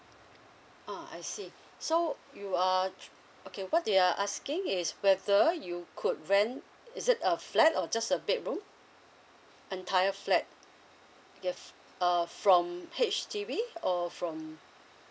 ah I see so you are okay what they are asking is whether you could rent is it a flat or just a bedroom entire flat if uh from H_D_B or from